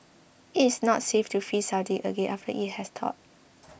it is not safe to freeze something again after it has thawed